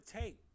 take